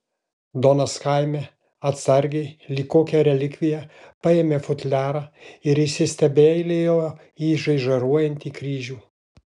donas chaime atsargiai lyg kokią relikviją paėmė futliarą ir įsistebeilijo į žaižaruojantį kryžių